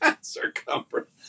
Circumference